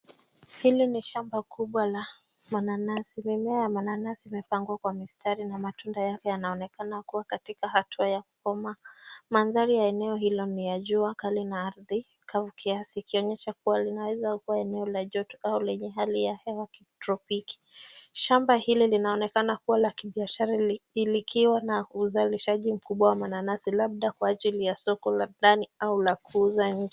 Hili ni shamba kubwa la mananasi. Mimea ya mananasi yamepangwa kwa mistari na matunda yake yanaonekana kuwa katika hatua ya kukomaa. Mandhari ya eneo hilo ni ya juu kali na ardhi kau kiasi ikionyesha kuwa linaweza kuwa eneo la joto au lenye hali ya hewa kitropiki. Shamba hili linaonekana kuwa la kibiashara, likiwa na uzalishaji mkubwa la mananasi labda kwa ajili ya soko la ndani au la kuuza nje.